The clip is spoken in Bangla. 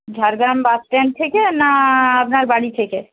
ঝাড়গ্রাম বাস স্ট্যান্ড থেকে না আপনার বাড়ি থেকে